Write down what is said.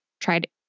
tried